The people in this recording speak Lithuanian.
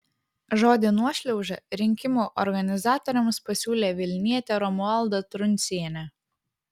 žodį nuošliauža rinkimų organizatoriams pasiūlė vilnietė romualda truncienė